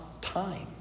time